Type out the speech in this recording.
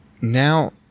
now